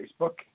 facebook